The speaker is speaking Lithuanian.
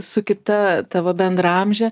su kita tavo bendraamže